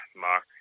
Mark